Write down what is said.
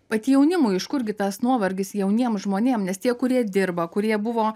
vat jaunimui iš kur gi tas nuovargis jauniem žmonėm nes tie kurie dirba kurie buvo